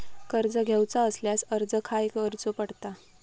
कर्ज घेऊचा असल्यास अर्ज खाय करूचो पडता?